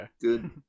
good